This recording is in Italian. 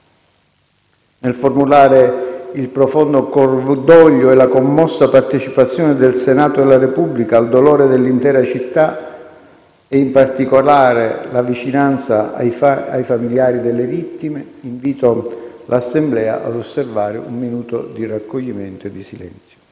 Nel formulare il profondo cordoglio e la commossa partecipazione del Senato della Repubblica al dolore dell'intera città, e in particolare la vicinanza ai familiari delle vittime, invito l'Assemblea ad osservare un minuto di raccoglimento e di silenzio.